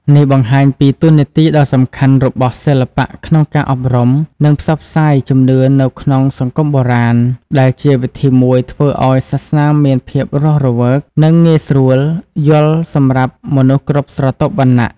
នេះបង្ហាញពីតួនាទីដ៏សំខាន់របស់សិល្បៈក្នុងការអប់រំ និងផ្សព្វផ្សាយជំនឿនៅក្នុងសង្គមបុរាណ ដែលជាវិធីមួយធ្វើឲ្យសាសនាមានភាពរស់រវើក និងងាយស្រួលយល់សម្រាប់មនុស្សគ្រប់ស្រទាប់វណ្ណៈ។